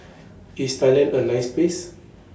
IS Thailand A nice Place